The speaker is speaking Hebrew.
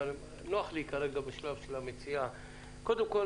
אבל נוח לי כרגע בשלב של המציעה קודם כול,